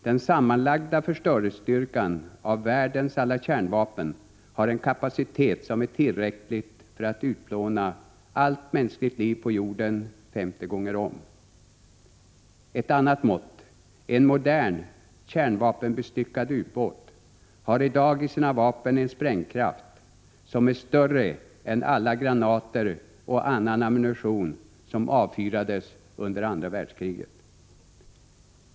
Den sammanlagda förstörelsestyrkan av världens alla kärnvapen är tillräcklig för att utplåna allt mänskligt liv på jorden 50 gånger om. Ett annat mått: En modern kärnvapenbestyckad ubåt har i dag i sina vapen en sprängkraft som är större än sprängkraften hos alla granater och annan ammunition som avfyrades under andra världskriget.